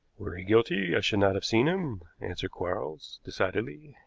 were he guilty i should not have seen him, answered quarles decidedly.